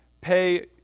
pay